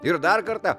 ir dar kartą